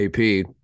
AP